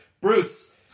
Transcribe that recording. Bruce